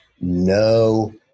no